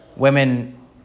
Women